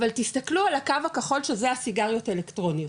אבל תסתכלו על הקו הכחול שזה הסיגריות האלקטרוניות.